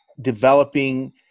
developing